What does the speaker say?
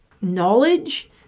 knowledge